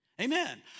Amen